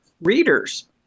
readers